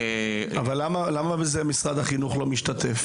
למה בזה משרד החינוך לא משתתף?